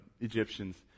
Egyptians